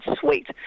sweet